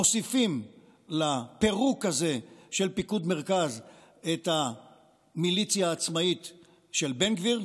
מוסיפים לפירוק הזה של פיקוד מרכז את המיליציה העצמאית של בן גביר,